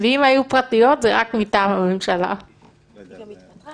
גם היום בחוק-היסוד שהוא הוראת קבע הוא הסדר לא ברור וצריך לטפל